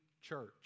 church